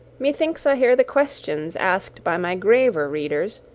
methinks i hear the questions asked by my graver readers,